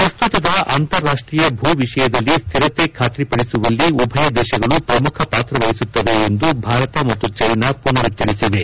ಪ್ರಸ್ತುತದ ಅಂತಾರಾಷ್ಷೀಯ ಭೂ ವಿಷಯದಲ್ಲಿ ಸ್ಜಿರತೆ ಖಾತ್ರಿಪಡಿಸುವಲ್ಲಿ ಉಭಯ ದೇಶಗಳು ಪ್ರಮುಖ ಪಾತ್ರ ವಹಿಸುತ್ತವೆ ಎಂದು ಭಾರತ ಮತ್ತು ಚೀನಾ ಪುನರುಚ್ಚರಿಸಿವೆ